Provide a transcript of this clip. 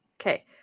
Okay